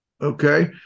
Okay